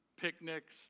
picnics